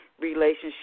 relationship